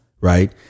right